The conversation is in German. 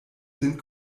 sind